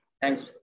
thanks